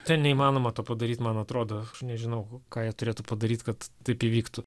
ten neįmanoma to padaryt man atrodo aš nežinau ką jie turėtų padaryt kad taip įvyktų